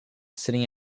sitting